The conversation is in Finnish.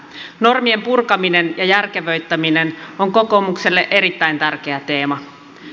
normien purkaminen ja järkevöittäminen on kokoomukselle erittäin tärkeä teema